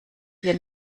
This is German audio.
wir